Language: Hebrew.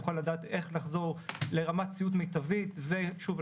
יוכל לדעת איך לחזור לרמת ציוד מיטבית ושוב,